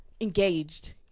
engaged